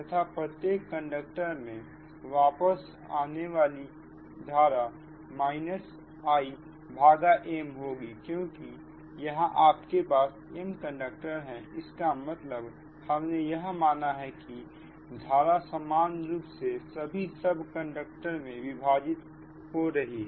तथा प्रत्येक कंडक्टर में वापस होने वाली धारा Im होगी क्योंकि यहां आपके पास m कंडक्टर है इसका मतलब हम ने यह माना है की धारा समान रूप से सभी सब कंडक्टरो में विभाजित हो रही है